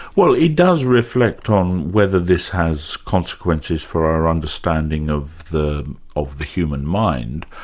well it does reflect on whether this has consequences for our understanding of the of the human mind,